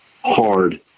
hard